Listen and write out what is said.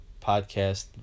podcast